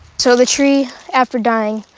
so the tree, after dying,